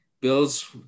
Bills